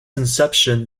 inception